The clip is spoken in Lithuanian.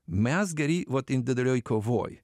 mes geri vat individualioj kovoj